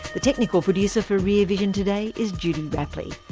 the technical producer for rear vision today is judy rapley.